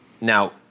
Now